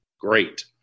great